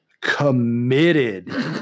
committed